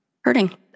hurting